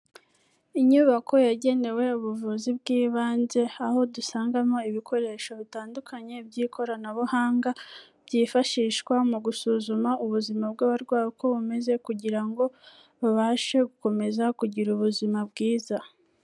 Inyubako yagenewe ubuvuzi bw'ibanze aho dusangamo ibikoresho bitandukanye by'ikoranabuhanga, byifashishwa mu gusuzuma ubuzima bw'abarwayi uko bumeze, kugira ngo babashe gukomeza kugira ubuzima bwiza.